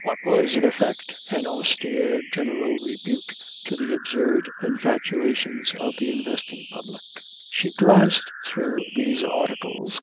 what was, in effect, an austere, general rebuke to the absurd infatuations of the investing public. she glanced through these articles,